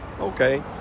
Okay